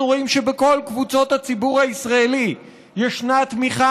אנחנו רואים שבכל קבוצות הציבור הישראלי ישנה תמיכה